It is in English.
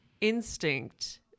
instinct